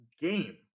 game